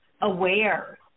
aware